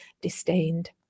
disdained